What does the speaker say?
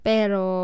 Pero